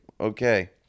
Okay